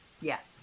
Yes